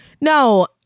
No